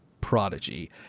Prodigy